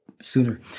sooner